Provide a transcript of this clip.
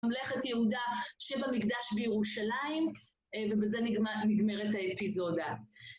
ממלכת יהודה שבמקדש בירושלים, ובזה נגמרת האפיזודה.